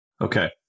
Okay